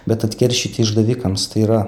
bet atkeršyti išdavikams tai yra